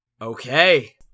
Okay